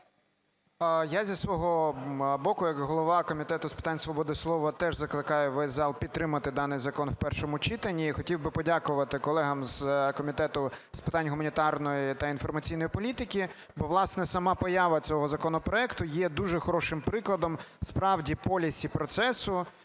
Я зі свого боку як голова Комітету з питань свободи слова теж закликаю весь зал підтримати даний закон в першому читанні. І хотів би подякувати колегам з Комітету з питань гуманітарної та інформаційної політики, бо, власне, сама поява цього законопроекту є дуже хорошим прикладом, справді, в policy процесу,